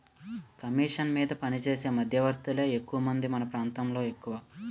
commission మీద పనిచేసే మధ్యవర్తులే ఎక్కువమంది మన ప్రాంతంలో ఎక్కువ